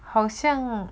好像